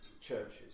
churches